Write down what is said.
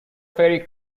ferry